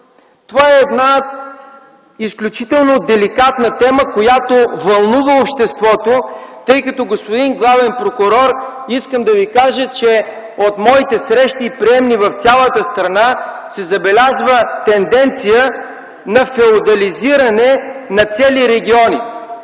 Това е една изключително деликатна тема, която вълнува обществото. Господин главен прокурор, искам да Ви кажа, че от моите срещи и приемни в цялата страна се забелязва тенденция на феодализиране на цели региони.